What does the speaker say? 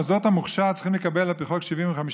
מוסדות המוכש"ר צריכים לקבל על פי חוק 75%,